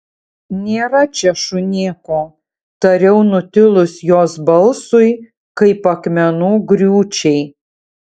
nėra čia šunėko tariau nutilus jos balsui kaip akmenų griūčiai